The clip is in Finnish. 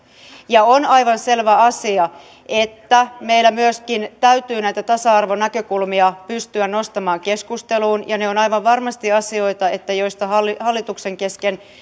ja on aivan selvä asia että meidän täytyy myöskin näitä tasa arvonäkökulmia pystyä nostamaan keskusteluun ja ne ovat aivan varmasti asioita joista hallituksen hallituksen kesken